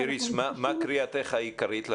איריס, מה קריאתך העיקרית לוועדה?